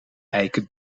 eiken